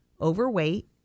overweight